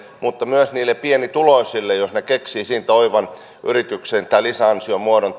mutta myös niille pienituloisille jos he keksivät siitä oivan yrityksen tai lisäansiomuodon